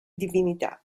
divinità